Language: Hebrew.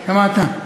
שמעת?